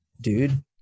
dude